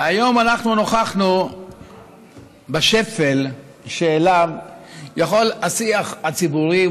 היום אנחנו נוכחנו בשפל שאליו יכול השיח הציבורי,